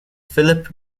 phillip